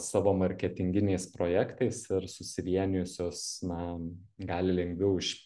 savo marketinginiais projektais ir susivienijusios na gali lengviau iš